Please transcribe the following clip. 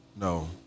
No